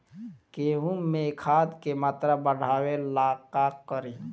गेहूं में खाद के मात्रा बढ़ावेला का करी?